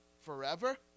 Forever